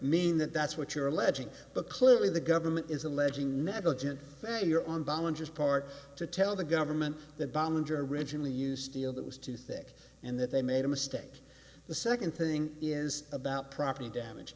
mean that that's what you're alleging but clearly the government is alleging negligent behavior on volunteers part to tell the government that boundary wrenchingly use deal that was too thick and that they made a mistake the second thing is about property damage